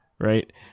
right